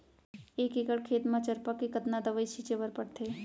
एक एकड़ खेत म चरपा के कतना दवई छिंचे बर पड़थे?